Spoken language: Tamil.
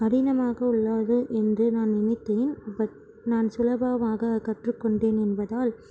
கடினமாக உள்ளது என்று நான் நினைத்தேன் பட் நான் சுலபமாக கற்றுக் கொண்டேன் என்பதால்